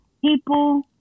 people